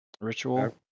ritual